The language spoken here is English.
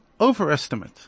overestimate